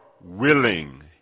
willing